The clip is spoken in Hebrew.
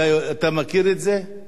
אתה מכיר את זה?